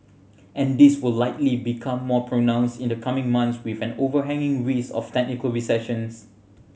and this will likely become more pronounced in the coming months with an overhanging risk of technical recession